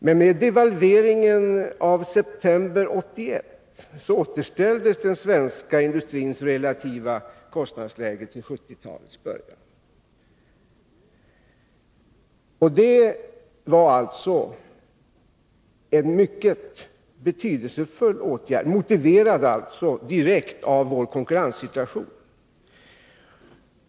Men med devalveringen i september 1981 återställdes den svenska industrins relativa kostnadsläge till vad det var i början av 1970-talet. Och det var alltså en mycket betydelsefull åtgärd, motiverad direkt av vår konkurrenssituation.